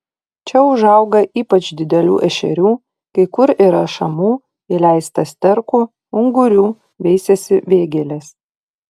čia užauga ypač didelių ešerių kai kur yra šamų įleista sterkų ungurių veisiasi vėgėlės